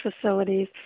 facilities